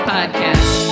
Podcast